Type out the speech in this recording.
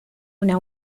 una